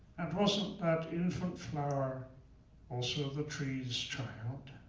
and wasn't that infant flower also the tree's child?